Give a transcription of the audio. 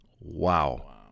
wow